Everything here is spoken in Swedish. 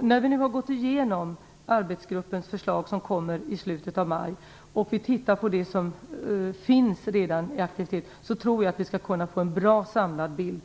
När vi har gått igenom arbetsgruppens förslag, som kommer i slutet av maj, och tittar på de aktiviteter som redan finns tror jag att vi skall kunna få en bra samlad bild.